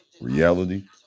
reality